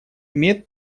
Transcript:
имеют